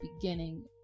beginning